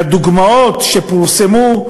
והדוגמאות שפורסמו,